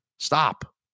Stop